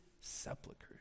sepulchers